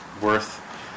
worth